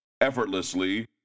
Effortlessly